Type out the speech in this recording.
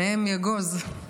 שניהם מאגוז".